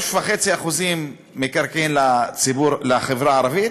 3.5% מקרקעין לחברה הערבית,